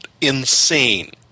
insane